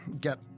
get